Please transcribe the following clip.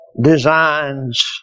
designs